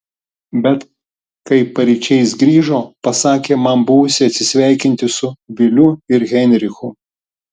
bet kai paryčiais grįžo pasakė man buvusi atsisveikinti su viliu ir heinrichu